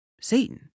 Satan